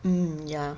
mm ya